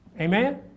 Amen